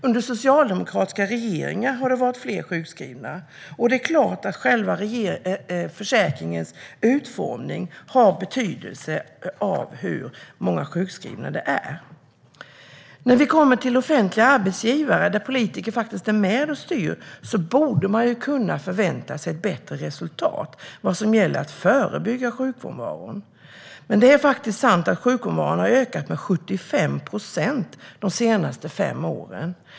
Under socialdemokratiska regeringar har fler varit sjukskrivna. Och det är klart att själva försäkringens utformning har betydelse för hur många som är sjukskrivna. Hos offentliga arbetsgivare, där politiker är med och styr, borde man kunna förvänta sig ett bättre resultat när det gäller att förebygga sjukfrånvaro. Men sjukfrånvaron har faktiskt ökat med 75 procent de senaste fem åren.